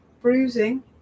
Bruising